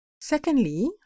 Secondly